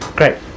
great